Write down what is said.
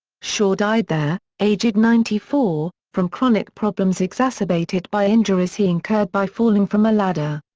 shaw died there, aged ninety four, from chronic problems exacerbated by injuries he incurred by falling from a ladder.